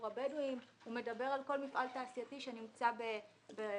הבדואים אלא הוא מדבר על כל מפעל תעשייתי שנמצא בישראל.